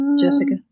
Jessica